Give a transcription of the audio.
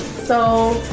so.